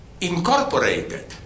incorporated